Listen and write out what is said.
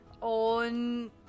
on